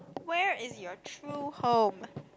where is your true home